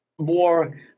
more